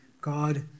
God